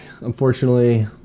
Unfortunately